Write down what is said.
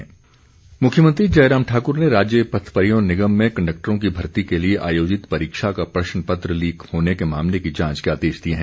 जांच आदेश मुख्यमंत्री जयराम ठाक्र ने राज्य पथ परिवहन निगम में कंडक्टरों की भर्ती के लिए आयोजित परीक्षा का प्रश्न पत्र लीक होने के मामले की जांच के आदेश दिए हैं